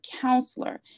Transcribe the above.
counselor